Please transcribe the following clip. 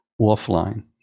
offline